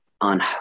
on